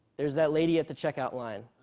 there's that lady at the checkout line.